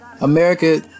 america